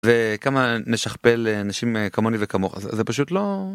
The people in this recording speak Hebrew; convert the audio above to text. וכמה נשכפל אנשים כמוני וכמוך זה פשוט לא.